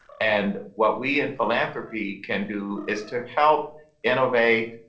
and what we in philanthropy can do is to help innovate,